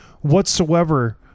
whatsoever